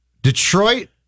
Detroit